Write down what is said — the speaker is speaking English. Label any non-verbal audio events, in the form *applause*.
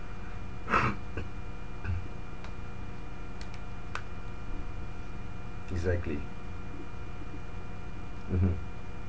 *laughs* exactly mmhmm